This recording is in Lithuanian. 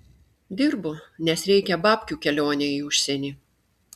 dirbu nes reikia babkių kelionei į užsienį